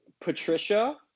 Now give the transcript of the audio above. Patricia